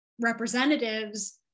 representatives